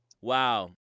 Wow